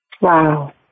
Wow